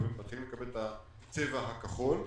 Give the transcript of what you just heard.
מתחילים לקבל את הצבע הכחול.